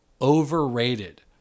overrated